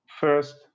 first